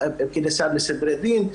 ופקיד הסעד לסדרי דין.